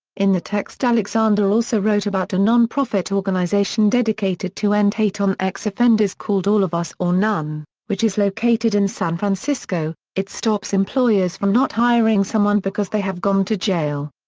in the text alexander also wrote about a nonprofit organization dedicated to end hate on ex-offenders called all of us or none, which is located in san francisco, it stops employers from not hiring someone because they have gone to jail.